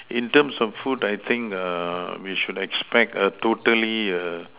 in terms of food I think err we should expect a totally err